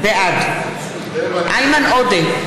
בעד איימן עודה,